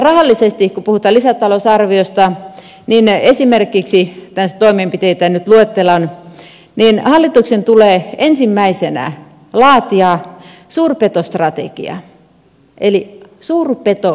rahallisesti kun puhutaan lisätalousarviosta niin esimerkiksi näitä toimenpiteitä nyt luettelen hallituksen tulee ensimmäisenä laatia suurpetostrategia